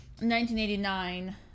1989